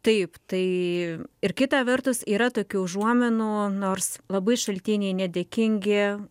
taip tai ir kita vertus yra tokių užuominų nors labai šaltiniai nedėkingi